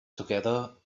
together